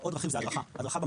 עוד דרכים זה הדרכה במעון.